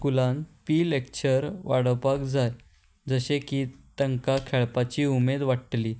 स्कुलान PE lecture वाडोवपाक जाय जशें की तांकां खेळपाची उमेद वाडटली